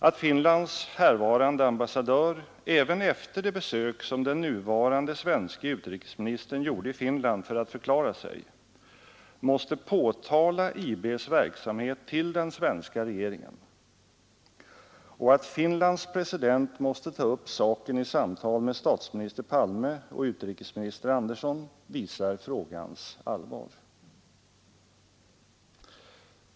Att Finlands härvarande ambassadör, även efter det besök som den nuvarande svenske utrikesministern gjorde i Finland för att förklara sig, måste påtala IB:s verksamhet till den svenska regeringen och att Finlands president måste ta upp saken i samtal med statsminister Palme och utrikesminister Andersson visar frågans allvar.